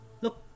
Look